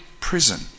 prison